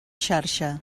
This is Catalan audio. xarxa